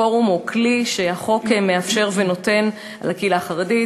פורום או כלי שהחוק מאפשר ונותן לקהילה החרדית,